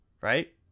right